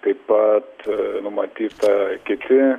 taip pat numatyta kiti